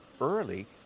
early